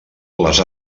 les